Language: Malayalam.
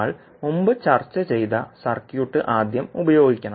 നമ്മൾ മുമ്പ് ചർച്ച ചെയ്ത സർക്യൂട്ട് ആദ്യം ഉപയോഗിക്കണം